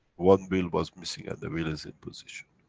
one wheel was missing, and the wheel is in position.